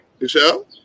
michelle